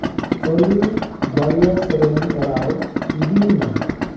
ᱚᱞᱤ ᱵᱟᱨᱭᱟ ᱥᱮᱨᱮᱧ ᱮᱲᱟᱣ ᱤᱫᱤᱭ ᱢᱮ